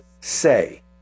say